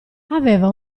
aveva